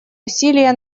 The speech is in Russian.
усилия